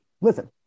listen